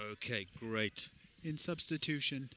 ok great in substitution